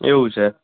એવું છે